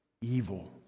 evil